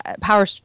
power